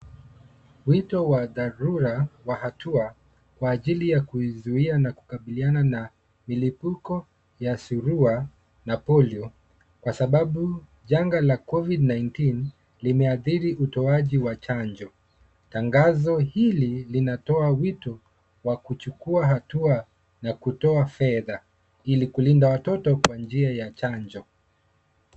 Wito wa dharura wa hatua kwa ajili ya kuizuia na kukabiliana na milipuko ya surua na polio, kwa sababu janga la COVID-19 limeathiri utoaji wa chanjo. Tangazo hili linatoa wito wa kuchukua hatua ya kutoa fedha ili kulinda watoto kwa njia ya chanjo.